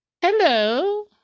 Hello